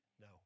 No